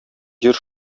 җир